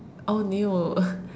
oh no